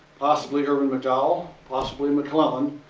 possibly irvin mcdowell, possibly mcclellan,